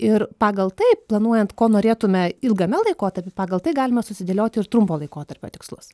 ir pagal tai planuojant ko norėtume ilgame laikotarpy pagal tai galima susidėlioti ir trumpo laikotarpio tikslus